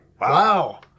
Wow